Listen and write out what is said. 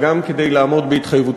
בוגרי אותו בית-ספר.